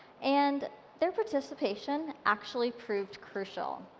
and their participation actually proved crucial.